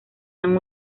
han